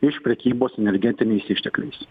iš prekybos energetiniais ištekliais